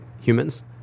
humans